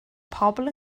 pobl